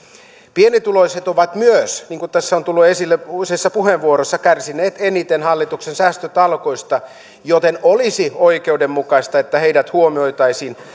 pienituloiset ovat myös niin kuin tässä on tullut esille useissa puheenvuoroissa kärsineet eniten hallituksen säästötalkoista joten olisi oikeudenmukaista että heidät huomioitaisiin